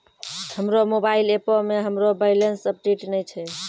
हमरो मोबाइल एपो मे हमरो बैलेंस अपडेट नै छै